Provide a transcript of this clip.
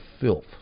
filth